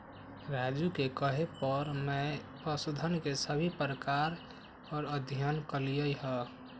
राजू के कहे पर मैं पशुधन के सभी प्रकार पर अध्ययन कैलय हई